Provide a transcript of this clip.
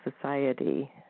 society